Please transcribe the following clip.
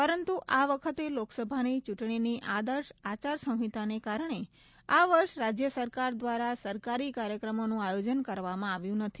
પરંતુ આ વખતે લોકસભાની ચૂંટણીની આદર્શ આચારસંહિતાને કારણે આ વર્ષે રાજ્ય સરકાર દ્વારા સરકારી કાર્યક્રમોનું આયોજન કરવામાં આવ્યું નથી